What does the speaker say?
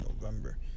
November